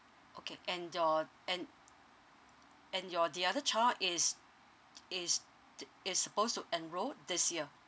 okay and your and and your the other child is is is also enrolled this year